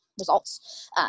results